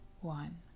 one